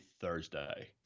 Thursday